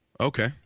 okay